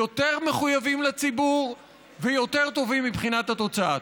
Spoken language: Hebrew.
יותר מחויבים לציבור ויותר טובים מבחינת התוצאה.